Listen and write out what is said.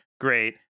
Great